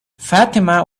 fatima